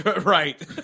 right